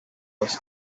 was